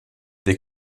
des